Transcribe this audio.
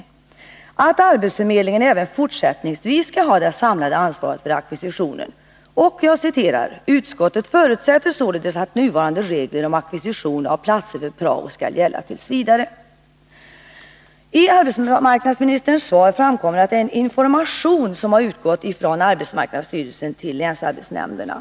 Utskottet skriver att arbetsförmedlingen även fortsättningsvis skall ha det samlade ansvaret för ackvisitionen och ”utskottet förutsätter således att nuvarande regler om ackvisition av platser för prao skall gälla tv” I arbetsmarknadsministerns svar framkommer att information har utgått från arbetsmarknadsstyrelsen till länsarbetsnämnderna.